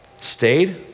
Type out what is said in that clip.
stayed